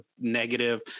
negative